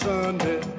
Sunday